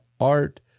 art